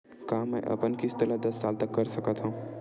का मैं अपन किस्त ला दस साल तक कर सकत हव?